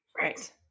right